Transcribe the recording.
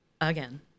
again